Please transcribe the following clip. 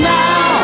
now